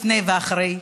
לפני ואחרי,